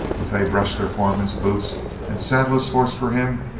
if they brush their foreman's boots and saddle his hosses for him,